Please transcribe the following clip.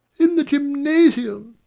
in the gymnasium!